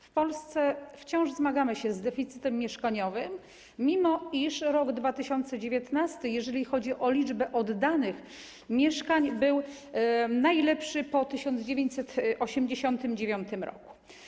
W Polsce wciąż zmagamy się z deficytem mieszkaniowym, mimo iż rok 2019, jeżeli chodzi o liczbę oddanych mieszkań, był najlepszy po 1989 r.